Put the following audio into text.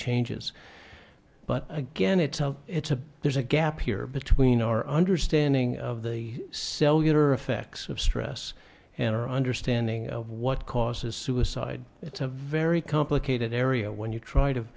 changes but again it's it's a there's a gap here between our understanding of the cellular effects of stress and our understanding of what causes suicide it's a very complicated area when you try to